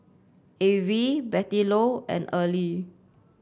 Avie Bettylou and Early